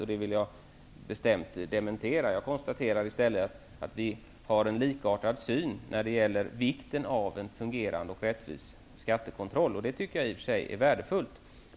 Jag vill bestämt dementera att det är så. Jag konstaterar i stället att vi har en likartad syn när det gäller vikten av en fungerande och rättvis skattekontroll. Det tycker jag i och för sig är värdefullt.